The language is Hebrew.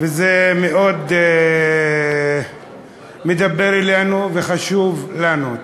וזה מאוד מדבר אלינו וחשוב לנו.